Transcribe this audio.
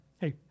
Hey